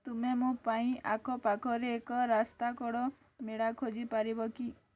ତୁମେ ମୋ ପାଇଁ ଆଖପାଖରେ ଏକ ରାସ୍ତାକଡ଼ ମେଳା ଖୋଜି ପାରିବ କି